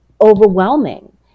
overwhelming